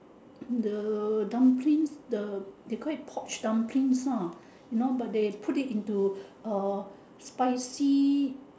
the dumplings the they call it poached dumplings ah you know but they put it into uh spicy